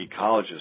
ecologists